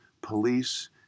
police